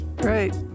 right